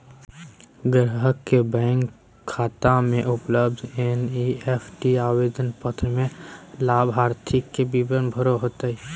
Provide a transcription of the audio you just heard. ग्राहक के बैंक शाखा में उपलब्ध एन.ई.एफ.टी आवेदन पत्र में लाभार्थी के विवरण भरे होतय